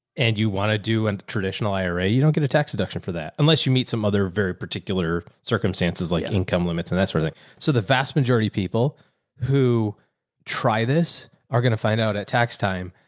and you want to do and traditional ira, you don't get a tax deduction for that, unless you meet some other very particular circumstances like income limits and that sort of thing. so the vast majority of people who try this are going to find out at tax time.